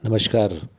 नमस्कार